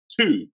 two